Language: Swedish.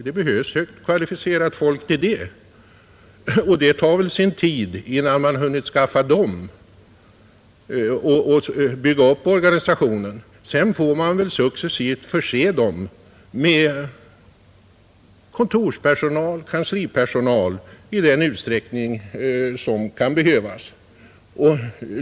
Det behövs väl kvalificerat folk till det, och det tar nog sin tid innan man har hunnit skaffa dem och bygga upp organisationen. Sedan får man väl successivt förse dem med kanslipersonal i den utsträckning som kan behövas.